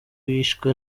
wishwe